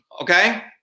okay